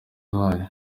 zanyu